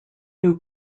new